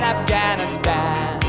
Afghanistan